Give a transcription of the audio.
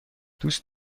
دوست